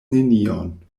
nenion